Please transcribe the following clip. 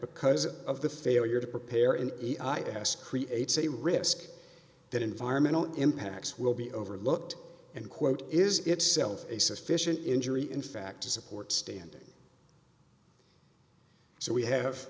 because of the failure to prepare and eat i ask creates a risk that environmental impacts will be overlooked and quote is itself a sufficient injury in fact to support standing so we have